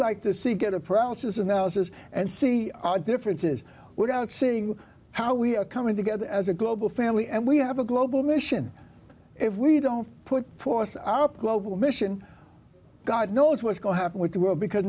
like to see get a paralysis analysis and see our differences without seeing how we are coming together as a global family and we have a global mission if we don't put force our global mission god knows what's going to happen with the world because